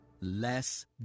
less